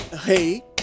Hey